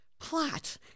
Plot